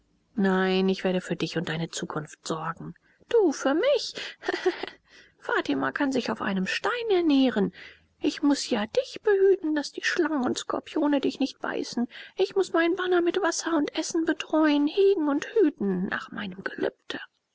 nein ich werde für dich und deine zukunft sorgen du für mich hahahaha fatima kann sich auf einem stein ernähren ich muß ja dich behüten daß die schlangen und skorpione dich nicht beißen ich muß meinen bana mit wasser und essen betreuen hegen und hüten nach meinem gelübde